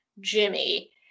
Jimmy